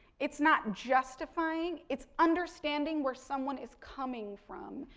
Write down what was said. it's not justifying, it's understanding where someone is coming from,